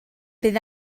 bydd